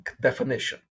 definition